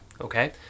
okay